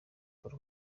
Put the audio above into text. paul